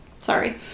Sorry